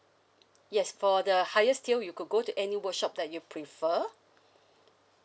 yes for the highest tier you could go to any workshop that you prefer